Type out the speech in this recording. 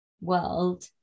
world